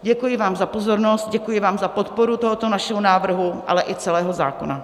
Děkuji vám za pozornost, děkuji vám za podporu tohoto našeho návrhu, ale i celého zákona.